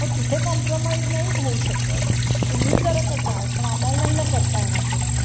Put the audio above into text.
हो तिथे कॉम्प्रमाइज नाही होऊ शकत तुम्ही करत असाल पण आम्हाला नाही ना करता येणार तसं